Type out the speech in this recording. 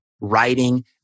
writing